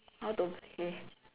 how to play